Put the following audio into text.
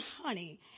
honey